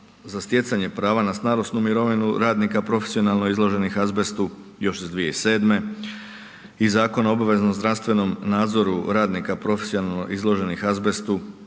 za stjecanje prava na starosnu mirovinu radnika profesionalno izloženih azbestu još iz 2007. i Zakon o obveznom zdravstvenom nadzoru radnika profesionalno izloženih azbestu